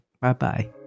Bye-bye